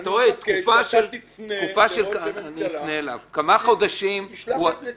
אני מבקש שאתה תפנה לראש הממשלה שישלח את נציגו.